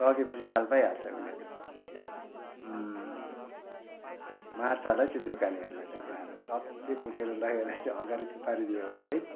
लगेपछि छाल पाइहाल्छ उनीहरूले पनि मार्छ होला है त्यो दोकानेहरूलाई त गएर सबले बोकेर लगेर चाहिँ अगाडि थुपारिदियो भने है